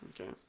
Okay